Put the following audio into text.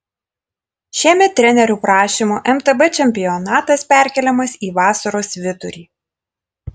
šiemet trenerių prašymų mtb čempionatas perkeliamas į vasaros vidurį